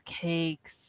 cakes